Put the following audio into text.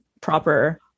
proper